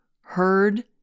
heard